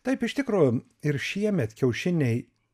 taip iš tikrųjų ir šiemet kiaušiniai